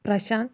Prashant